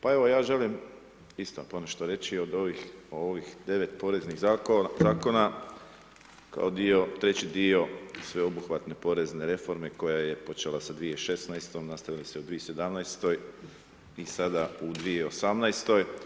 Pa evo ja želim isto ponešto reći o ovih 9 poreznih zakona, kao dio, treći dio sveobuhvatne Porezne reforme koja je počela sa 2016., nastavila se u 2017. i sada u 2018.